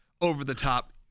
over-the-top